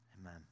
Amen